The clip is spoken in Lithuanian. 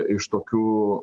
iš tokių